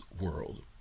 world